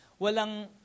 Walang